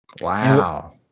Wow